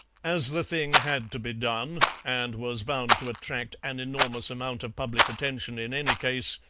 as the thing had to be done, and was bound to attract an enormous amount of public attention in any case,